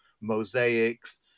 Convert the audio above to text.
mosaics